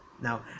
now